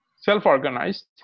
self-organized